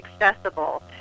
accessible